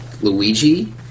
Luigi